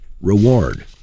reward